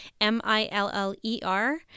M-I-L-L-E-R